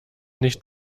nicht